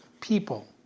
people